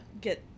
get